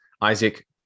Isaac